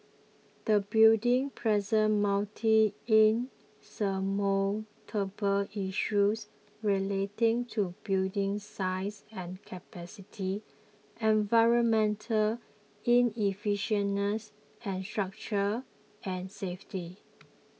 the building presents multiple insurmountable issues relating to building size and capacity environmental inefficiencies and structure and safety